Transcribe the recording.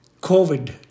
COVID